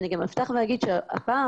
אני גם אפתח ואגיד שהפעם,